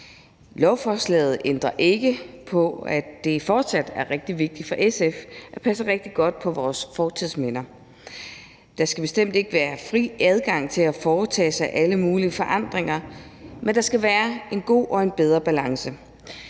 Lovforslaget ændrer ikke på, at det fortsat er rigtig vigtigt at passe rigtig godt på vores fortidsminder, hvilket er vigtigt for SF. Der skal bestemt ikke være fri adgang til at foretage sig alle mulige forandringer, men der skal være en god og en bedre balance.